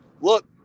Look